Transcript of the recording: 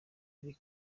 ari